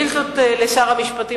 עכשיו אני מוטרד מהממ"מ.